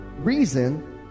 reason